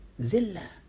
Zilla